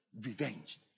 Revenge